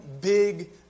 big